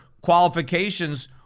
qualifications